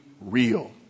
real